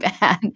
bad